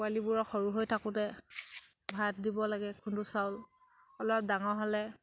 পোৱালিবোৰক সৰু হৈ থাকোঁতে ভাত দিব লাগে খুন্দু চাউল অলপ ডাঙৰ হ'লে